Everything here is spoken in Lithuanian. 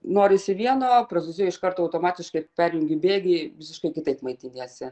norisi vieno prancūzijoj iš karto automatiškai perjungi bėgį visiškai kitaip maitiniesi